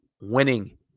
winning